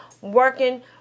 working